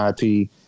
IP